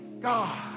God